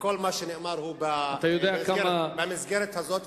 וכל מה שנאמר הוא במסגרת הזאת,